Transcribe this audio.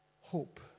hope